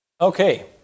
Okay